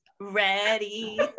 ready